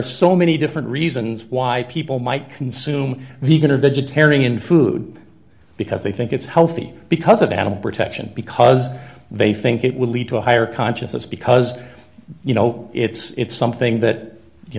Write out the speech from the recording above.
are so many different reasons why people might consume the can of vegetarian food because they think it's healthy because of animal protection because they think it will lead to a higher consciousness because you know it's something that you